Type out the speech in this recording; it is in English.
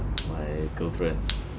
my girlfriend